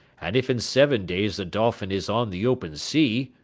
and if in seven days the dolphin is on the open sea.